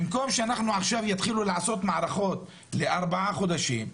במקום שעכשיו יתחילו לעשות מערכות לארבעה חודשים,